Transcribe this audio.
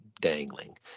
dangling